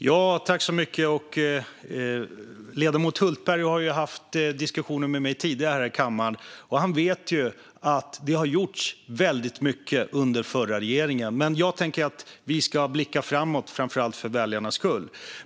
Herr talman! Ledamoten Johan Hultberg har ju haft diskussioner med mig tidigare här i kammaren och vet att det gjordes väldigt mycket under förra regeringen. Jag tänker att vi snarare ska blicka framåt, framför allt för väljarnas skull.